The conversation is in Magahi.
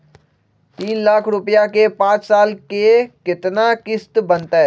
तीन लाख रुपया के पाँच साल के केतना किस्त बनतै?